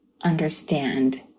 understand